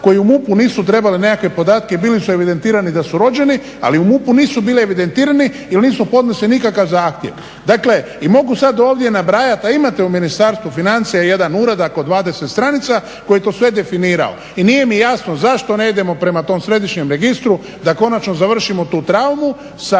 koji u MUP-u nisu trebali nekakve podatke i bili su evidentirani da su rođeni ali u MUP-u nisu bili evidentirani jel nisu podnesli nikakav zahtjev. Dakle i mogu sada nabrajati, a imate u Ministarstvu financija jedan uradak od 20 stranica koji je to definirao. I nije mi jasno zašto ne idemo prema tom središnjem registru da konačno završimo tu traumu sa